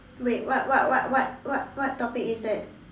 wait what what what what what what topic is that